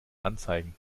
anzeigen